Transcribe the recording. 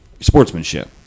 sportsmanship